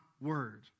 word